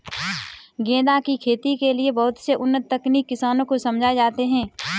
गेंदा की खेती के लिए बहुत से उन्नत तकनीक किसानों को समझाए जाते हैं